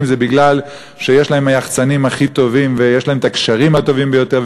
היא שיש להם היחצנים הכי טובים ויש להם הקשרים הטובים ביותר,